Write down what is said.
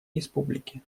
республики